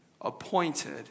Appointed